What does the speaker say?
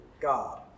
God